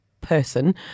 person